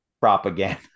propaganda